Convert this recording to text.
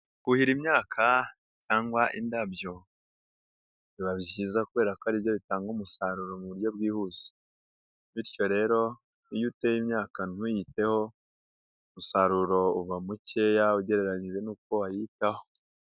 Kuhira imyaka cyangwa indabyo, biba byiza kubera ko aribyo bitanga umusaruro mu buryo bwihuse. Bityo rero iyo uteye imyaka ntuyiteho, umusaruro uba mukeya ugereranyije n'uko wayitaho.